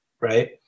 right